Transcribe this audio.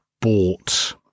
bought